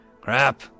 Crap